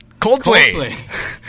Coldplay